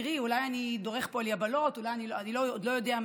אולי אני דורך על יבלות, אני עוד לא יודע.